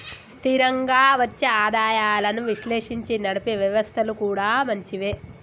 స్థిరంగా వచ్చే ఆదాయాలను విశ్లేషించి నడిపే వ్యవస్థలు కూడా మంచివే